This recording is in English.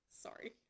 sorry